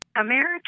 American